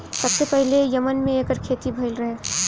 सबसे पहिले यमन में एकर खेती भइल रहे